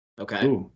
Okay